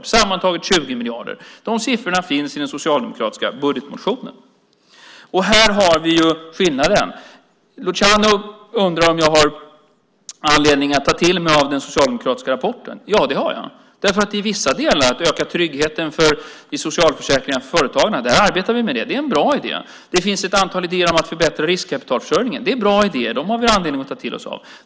Det blir sammantaget 20 miljarder. Dessa siffror finns i den socialdemokratiska budgetmotionen. Här har vi skillnaden. Luciano undrar om jag har anledning att ta till mig av den socialdemokratiska rapporten. Ja, det har jag. Vissa delar, som att öka tryggheten i socialförsäkringarna för företagarna, arbetar vi med. Det är en bra idé. Det finns också ett antal idéer om att förbättra riskkapitalförsörjningen. Det är bra idéer. Dem har vi anledning att ta till oss.